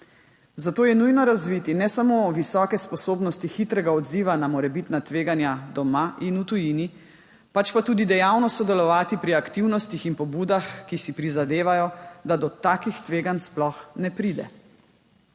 Zato je nujno razviti ne samo visoke sposobnosti hitrega odziva na morebitna tveganja doma in v tujini, pač pa tudi dejavno sodelovati pri aktivnostih in pobudah, ki si prizadevajo, da do takih tveganj sploh ne pride.